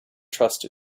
trust